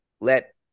let